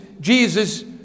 Jesus